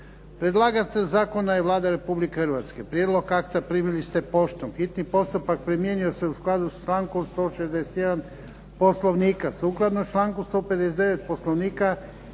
Predlagatelj zakona je Vlada Republike Hrvatske. Prijedlog akta primili ste poštom. Hitni postupak primjenjuje se u skladu s člankom 161. Poslovnika. Sukladno članku 159. Poslovnika